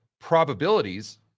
probabilities